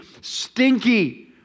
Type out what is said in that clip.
stinky